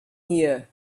here